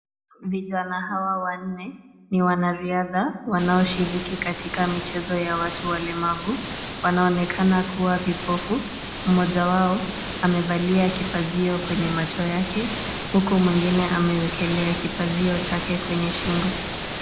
Vijana hawa wanne ni wanariadha wanaoshiriki katika michezo ya watu walemavu. Wanaonekana kuwa vipofu. Mmoja wao amevalia kipazio kwenye macho yake huku mwingine amewekelea kipazio chake kwenye shingo.